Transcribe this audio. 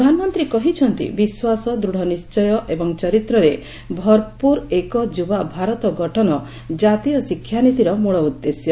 ପ୍ରଧାନମନ୍ତ୍ରୀ କହିଛନ୍ତି ବିଶ୍ୱାସ ଦୂତ ନିି୍କୟ ଏବଂ ଚରିତ୍ରରେ ଭରପୁର ଏକ ଯୁବା ଭାରତ ଗଠନ ଜାତୀୟ ଶିକ୍ଷାନୀତିର ମୂଳ ଉଦ୍ଦେଶ୍ୟ